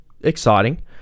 exciting